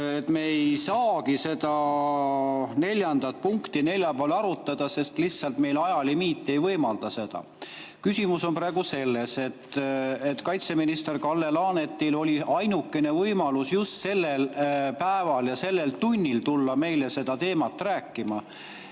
me ei saagi seda neljandat punkti neljapäeval arutada, sest lihtsalt ajalimiit ei võimalda seda. Küsimus on praegu selles, et kaitseminister Kalle Laanetil oli ainukene võimalus just sellel päeval ja sellel tunnil tulla meile sel teemal rääkima.